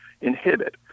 inhibit